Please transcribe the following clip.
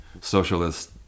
socialist